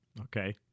Okay